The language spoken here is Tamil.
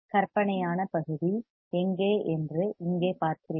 கற்பனையான பகுதி எங்கே என்று இங்கே பார்க்கிறீர்கள்